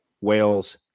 Wales